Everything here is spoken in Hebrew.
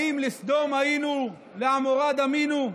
האם לסדום היינו, לעמורה דמינו?